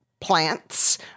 plants